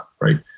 right